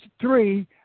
three